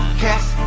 cast